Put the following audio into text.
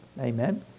Amen